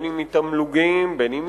אם מתמלוגים, אם ממסים,